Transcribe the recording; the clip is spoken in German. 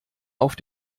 auf